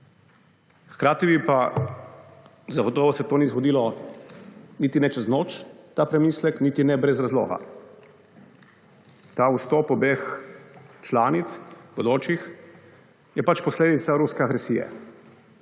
Hkrati bi pa, zagotovo se to ni zgodilo niti ne čez noč, ta premislek, niti ne brez razloga. Ta vstop obeh članic, bodočih, je pač posledica ruske agresije.